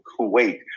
kuwait